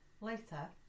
Later